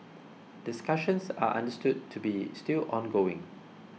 discussions are understood to be still ongoing